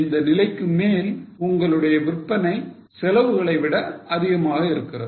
இந்த நிலைக்கு மேல் உங்களுடைய விற்பனை செலவுகளை விட அதிகமாக இருக்கிறது